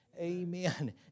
Amen